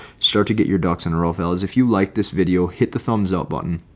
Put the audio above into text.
start to get your ducks in a row. fellas. if you liked this video, hit the thumbs up button.